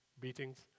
beatings